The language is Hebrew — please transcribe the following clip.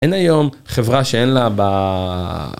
אין היום חברה שאין לה ב...